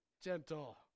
gentle